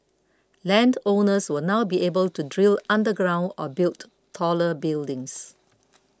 land owners will now be able to drill underground or build taller buildings